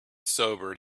sobered